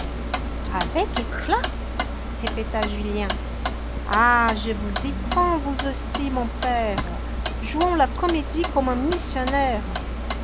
avec éclat répéta julien ah je vous y prends vous aussi mon père jouant la comédie comme un missionnaire